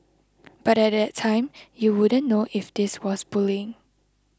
but at that time you wouldn't know if this was bullying